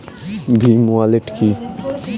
Bhim wallet কি?